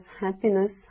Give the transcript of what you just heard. happiness